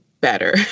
better